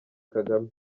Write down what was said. kagame